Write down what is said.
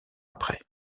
après